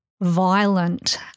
violent